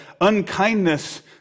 unkindness